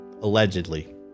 allegedly